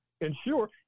ensure